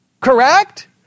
Correct